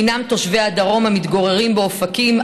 הינם תושבי הדרום ומתגוררים באופקים,